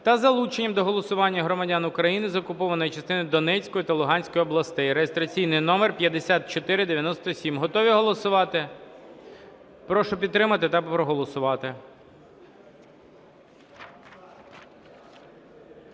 та з залученням до голосування громадян України з окупованої частині Донецької та Луганської областей (реєстраційний номер 5497). Готові голосувати? Прошу підтримати та проголосувати.